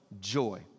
joy